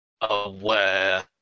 aware